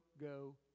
go